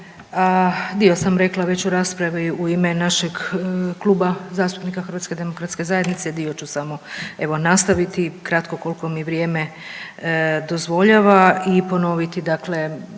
dio sam rekla već u raspravi u ime našeg Kluba zastupnika HDZ-a, dio ću samo evo nastaviti kratko koliko mi vrijeme dozvoljava i ponoviti dakle